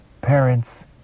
Parents